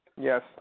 Yes